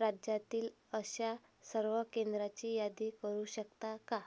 राज्यातील अशा सर्व केंद्राची यादी करू शकता का